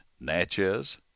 Natchez